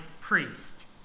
priest